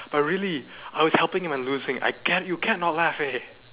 but really I was helping and I'm losing I can't you can't not laugh leh